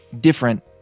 different